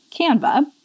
Canva